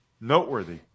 noteworthy